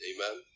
Amen